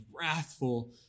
wrathful